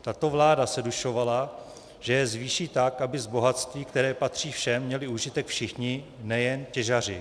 Tato vláda se dušovala, že je zvýší tak, aby z bohatství, které patří všem, měli užitek všichni, nejen těžaři.